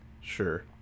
Sure